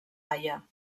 haia